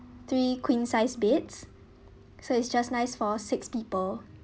three queen size beds so it's just nice for six people